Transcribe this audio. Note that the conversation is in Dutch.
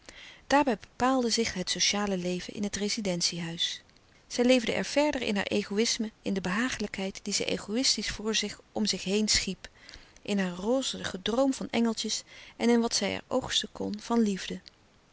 daarbij bepaalde zich het sociale leven in het rezidentie-huis zij leefde er verder in haar egoïsme in de behagelijkheid die zij egoïstisch voor zich om zich louis couperus de stille kracht heen schiep in haar roze gedroom van engeltjes en in wat zij er oogsten kon van liefde